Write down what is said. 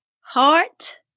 heart